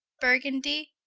burgundie.